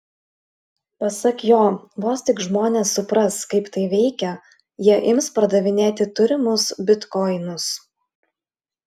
pasak jo vos tik žmonės supras kaip tai veikia jie ims pardavinėti turimus bitkoinus